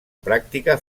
práctica